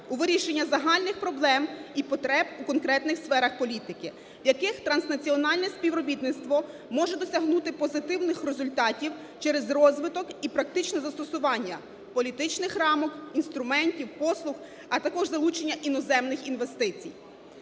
у вирішенні загальних проблем і потреб у конкретних сферах політики, в яких транснаціональне співробітництво може досягнути позитивних результатів через розвиток і практичне застосування політичних рамок, інструментів, послуг, а також залучення іноземних інвестицій.